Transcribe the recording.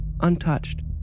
untouched